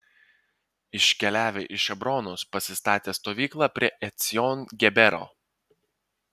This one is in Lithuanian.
iškeliavę iš abronos pasistatė stovyklą prie ecjon gebero